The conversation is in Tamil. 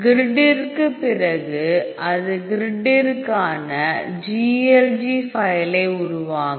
கிரிட்டிற்குப் பிறகு அது கிரிட்டிற்கான GLG ஃபைலை உருவாக்கும்